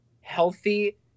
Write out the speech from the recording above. healthy